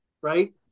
right